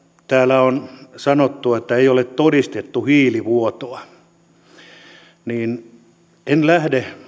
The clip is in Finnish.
täällä on sanottu että ei ole todistettu hiilivuotoa en lähde